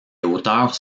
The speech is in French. hauteurs